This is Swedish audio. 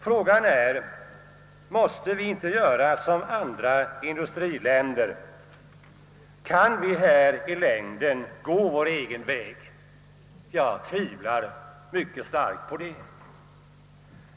Frågan är om vi inte måste göra som andra industriländer. Kan vi här i längden gå vår egen väg? Jag tvivlar mycket starkt på det.